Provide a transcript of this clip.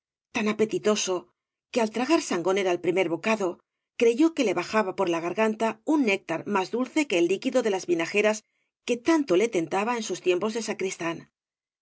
tan apetitoso que al tragar sangonera el primer bocado creyó que le bajaba por la garganta un néctar más dulce que el líquido de las vinajeras que tanto le tentaba en sus tiempos de sacristán con